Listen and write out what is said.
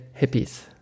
Hippies